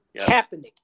Kaepernick